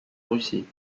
russie